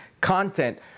content